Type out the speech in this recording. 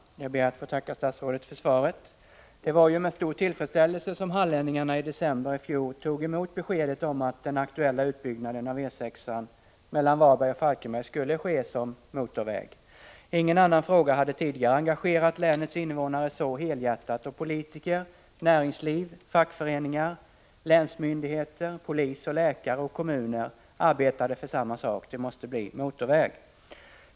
Herr talman! Jag ber att få tacka statsrådet för svaret. Det var med stor tillfredsställelse som hallänningarna i december i fjol tog emot beskedet om att den aktuella utbyggnaden av E 6 mellan Varberg och Falkenberg skulle ske i form av motorväg. Ingen annan fråga hade tidigare engagerat länets invånare så helhjärtat, och politiker, näringsliv, fackföreningar, länsmyndigheter, polis, läkare och kommuner arbetade för samma sak: det måste bli motorväg!